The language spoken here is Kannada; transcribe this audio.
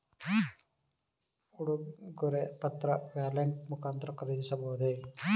ಉಡುಗೊರೆ ಪತ್ರ ವ್ಯಾಲೆಟ್ ಮುಖಾಂತರ ಖರೀದಿಸಬಹುದೇ?